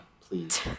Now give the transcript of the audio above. please